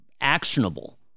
actionable